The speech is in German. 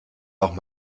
auch